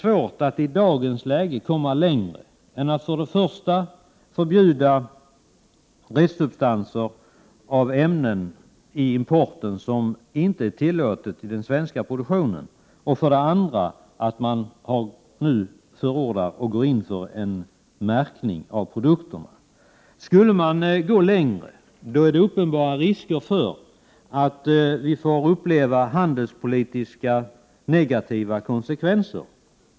Det är i dagens läge svårt att komma längre än att först och främst förbjuda sådana restsubstanser av ämnen i importerade varor som inte är tillåtna i svenska produkter och dessutom gå in för en märkning av produkterna. Skulle man gå längre finns uppenbara risker att vi får uppleva handelspolitiska negativa konsekvenser.